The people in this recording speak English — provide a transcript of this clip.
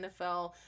NFL